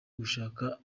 gushaka